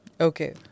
Okay